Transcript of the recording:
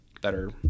better